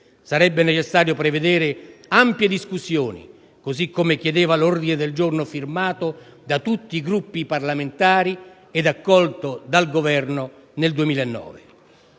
Sarebbe necessario prevedere ampie discussioni sulla tematica, così come chiedeva l'ordine del giorno firmato da tutti i Gruppi parlamentari ed accolto dal Governo nel 2009.